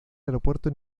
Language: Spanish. aeropuerto